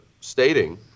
stating